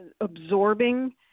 absorbing